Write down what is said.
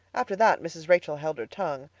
after that mrs. rachel held her tongue,